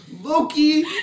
Loki